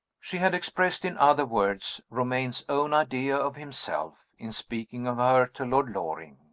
she had expressed, in other words, romayne's own idea of himself, in speaking of her to lord loring.